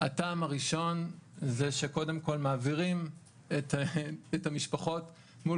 הטעם הראשון זה שקודם כל מעבירים את המשפחות מול